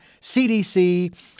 CDC